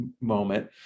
moment